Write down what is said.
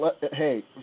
hey